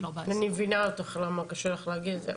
14,100. אני מבינה אותך למה קשה לך להגיד את זה.